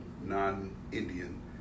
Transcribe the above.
non-Indian